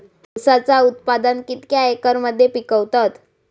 ऊसाचा उत्पादन कितक्या एकर मध्ये पिकवतत?